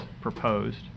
proposed